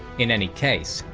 in any case,